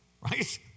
right